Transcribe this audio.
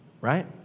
right